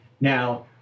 Now